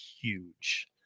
huge